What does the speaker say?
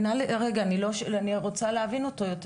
רגע, אני רוצה יותר להבין אותו.